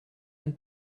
and